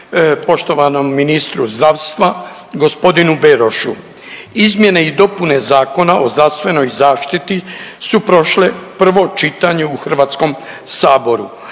poštovanom ministru zdravstva gospodinu Berošu. Izmjene i dopune Zakona o zdravstvenoj zaštiti su prošle prvo čitanje u Hrvatskom saboru.